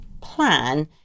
plan